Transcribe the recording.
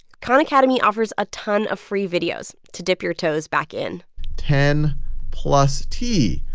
khan academy offers a ton of free videos to dip your toes back in ten plus t,